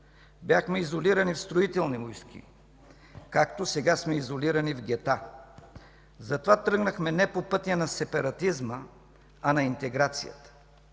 Бяхме изолирани в Строителни войски, както сега сме изолирани в гета. Затова тръгнахме не по пътя на сепаратизма, а на интеграцията.